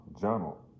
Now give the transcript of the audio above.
journal